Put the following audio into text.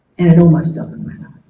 and it almost doesn't matter